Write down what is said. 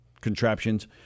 contraptions